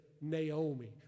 Naomi